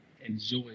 enjoy